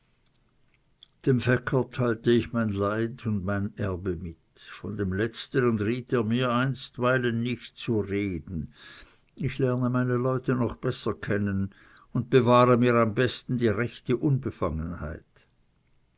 dem fecker teilte ich mein leid und mein erbe mit von dem letzten riet er mir einstweilen nicht zu reden ich lerne meine leute noch besser kennen und bewahre mir am besten die rechte unbefangenheit